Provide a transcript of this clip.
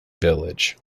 village